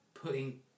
Putting